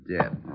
dead